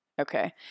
Okay